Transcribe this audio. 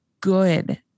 good